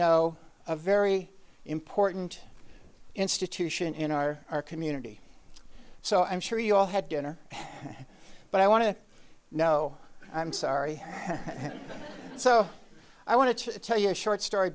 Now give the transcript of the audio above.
know a very important institution in our community so i'm sure you all had dinner but i want to know i'm sorry so i want to tell you a short story